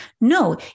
No